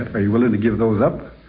and are you willing to give those up?